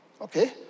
Okay